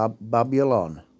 Babylon